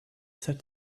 said